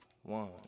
One